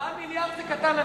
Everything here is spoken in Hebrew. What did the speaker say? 4 מיליארדים זה קטן עליך.